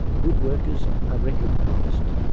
good workers are recognised.